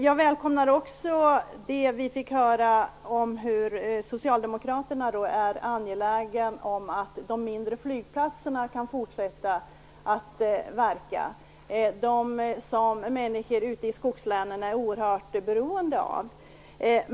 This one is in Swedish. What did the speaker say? Jag välkomnar också det som vi fick höra om att socialdemokraterna är angelägna om att de mindre flygplatserna, som människorna ute i skogslänen är oerhört beroende av, kan fortsätta sin verksamhet.